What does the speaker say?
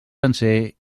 sencer